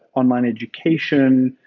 online education,